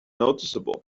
noticeable